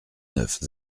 neuf